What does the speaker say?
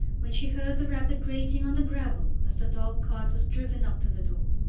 when she heard the rapid grating on the gravel as the dog-cart was driven up to the door.